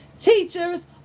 teachers